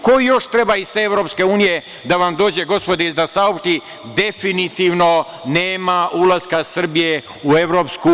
Ko još treba iz te EU da vam dođe, gospodo, i da saopšti definitivno nema ulaska Srbije u EU?